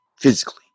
physically